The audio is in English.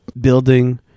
building